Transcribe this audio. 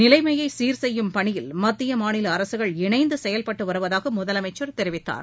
நிலைமையை சீர்செய்யும் பணியில் மத்திய மாநில அரசுகள் இணைந்து செயல்பட்டு வருவதாக முதலமைச்சர் தெரிவித்துள்ளார்